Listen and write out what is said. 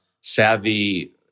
savvy